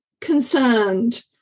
concerned